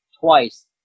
twice